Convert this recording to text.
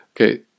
okay